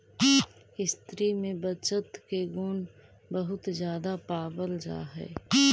स्त्रि में बचत के गुण बहुत ज्यादा पावल जा हई